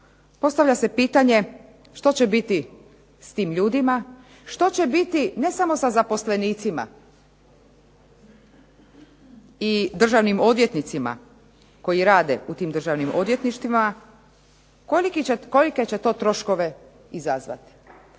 postavlja se pitanje što će biti s tim ljudima, što će biti ne samo sa zaposlenicima, i državnim odvjetnicima koji rade u tim državnim odvjetništvima, kolike će to troškove izazvati.